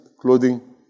clothing